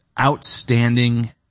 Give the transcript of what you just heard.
outstanding